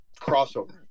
crossover